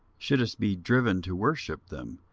shouldest be driven to worship them,